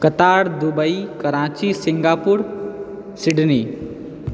Qatar Dubai Karachi Singapore Sydney